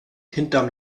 hinterm